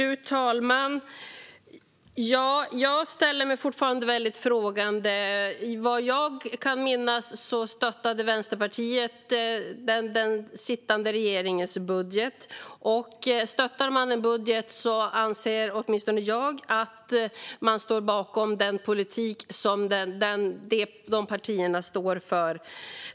Fru talman! Jag ställer mig fortfarande väldigt frågande. Vad jag kan minnas stöttade Vänsterpartiet den sittande regeringens budget, och stöttar man en budget anser åtminstone jag att man står bakom den politik som de partierna står för.